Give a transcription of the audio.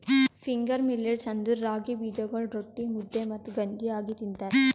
finger millets ಅಂದುರ್ ರಾಗಿ ಬೀಜಗೊಳ್ ರೊಟ್ಟಿ, ಮುದ್ದೆ ಮತ್ತ ಗಂಜಿ ಆಗಿ ತಿಂತಾರ